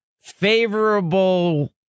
favorable